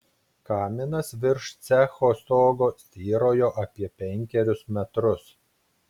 kaminas virš cecho stogo styrojo apie penkerius metrus